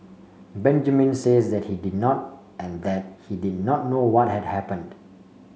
Benjamin says that he did not and that he did not know what had happened